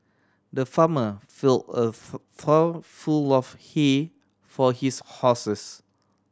the farmer fill a trough full of he for his horses